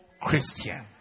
Christian